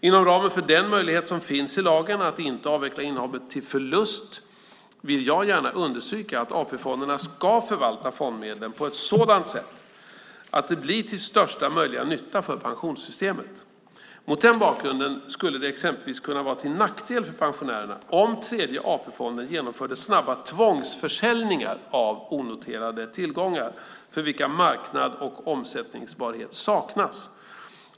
Inom ramen för den möjlighet som finns i lagen att inte avveckla innehav till förlust, vill jag gärna understryka att AP-fonderna ska förvalta fondmedlen på ett sådant sätt att de blir till största möjliga nytta för pensionssystemet. Mot den bakgrunden skulle det exempelvis kunna vara till nackdel för pensionärerna om Tredje AP-fonden genomförde snabba tvångsförsäljningar av onoterade tillgångar för vilka marknad och omsättningsbarhet saknas.